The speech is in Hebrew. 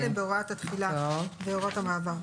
אליהם בהוראת התחילה ובהוראות המעבר.